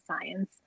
science